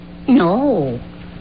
No